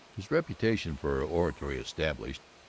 his reputation for oratory established,